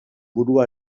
burua